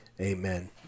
Amen